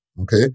Okay